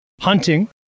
hunting